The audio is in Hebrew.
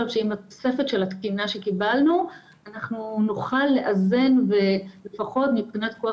שעם תוספת התקינה שקיבלנו אנחנו נוכל לאזן ולפחות מבחינת כוח